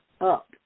up